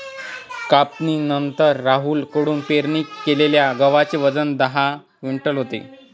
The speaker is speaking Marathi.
कापणीनंतर राहुल कडून पेरणी केलेल्या गव्हाचे वजन दहा क्विंटल होते